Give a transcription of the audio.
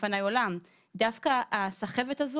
במקביל צריך לפעול בתחום ההסברה,